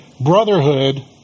brotherhood